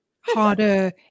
harder